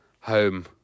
home